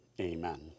Amen